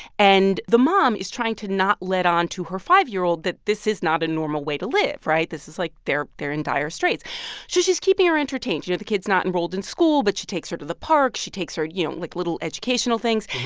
and the mom is trying to not let on to her five year old that this is not a normal way to live, right? this is like they're they're in dire straits so she's keeping her entertained. you know, the kid's not enrolled in school, but she takes her to the park. she takes her you know, like, little educational things.